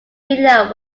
video